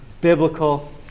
biblical